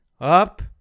up